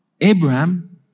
Abraham